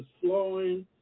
flowing